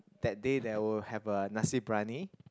that day they will have a Nasi-Briyani